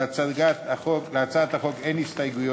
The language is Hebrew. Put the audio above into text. להצעת החוק אין הסתייגות.